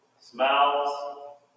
Smells